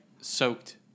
soaked